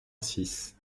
six